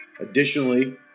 Additionally